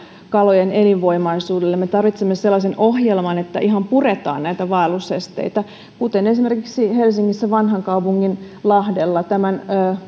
kalojen elinvoimaisuudelle me tarvitsemme sellaisen ohjelman että ihan puretaan näitä vaellusesteitä kuten esimerkiksi helsingissä vanhankaupunginlahdella tämän